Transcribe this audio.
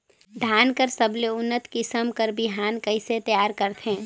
धान कर सबले उन्नत किसम कर बिहान कइसे तियार करथे?